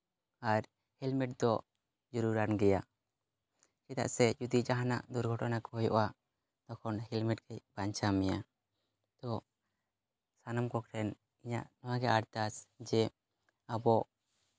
ᱟᱨ helmet ᱫᱚ ᱡᱩᱨᱩᱨᱟᱱ ᱜᱮᱭᱟ ᱪᱮᱫᱟᱜ ᱥᱮ ᱡᱩᱫᱤ ᱡᱟᱦᱟᱱᱟᱜ ᱫᱩᱨᱜᱷᱚᱴᱚᱱᱟ ᱠᱚ ᱦᱩᱭᱩᱜᱼᱟ ᱛᱚᱠᱷᱚᱱ ᱦᱮᱞᱢᱮᱴ ᱜᱮ ᱵᱟᱧᱪᱟᱣ ᱢᱮᱭᱟ ᱛᱚ ᱥᱟᱱᱟᱢ ᱠᱚᱴᱷᱮᱱ ᱤᱧᱟᱹᱜ ᱱᱚᱣᱟᱜᱮ ᱟᱨᱫᱟᱥ ᱡᱮ ᱟᱵᱚ